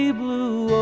blue